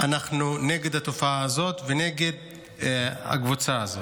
אנחנו נגד התופעה הזאת ונגד הקבוצה הזאת.